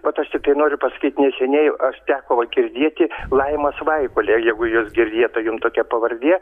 vat aš tiktai noriu pasakyt neseniai aš teko vat girdėti laimos vaikulė jeigu jus girdėta jum tokia pavardė